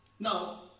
now